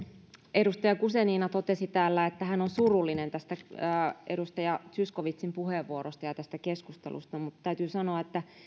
edustaja guzenina totesi täällä että hän on surullinen edustaja zyskowiczin puheenvuorosta ja tästä keskustelusta mutta täytyy sanoa että